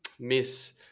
miss